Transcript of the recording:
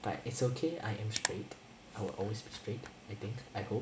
but it's okay I am straight I will always be straight I think I hope